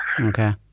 okay